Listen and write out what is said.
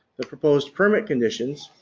the proposed permit conditions,